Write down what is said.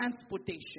Transportation